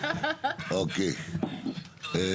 תודה